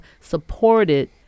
supported